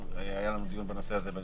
היה לנו דיון בנושא הזה של